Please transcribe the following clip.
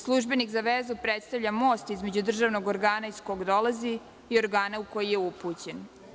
Službenik za vezu predstavlja most između državnog organa iz koji dolazi i organa u koji je upućen.